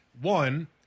one